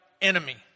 enemy